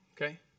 okay